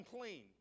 clean